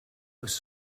was